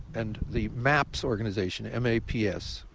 and the maps organization, m a p s,